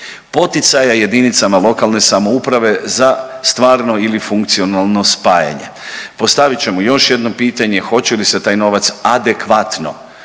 poticaja jedinicama lokalne samouprave za stvarno ili funkcionalno spajanje. Postavit ćemo još jedno pitanje. Hoće li se taj novac adekvatno